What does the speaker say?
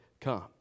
come